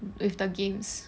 with the games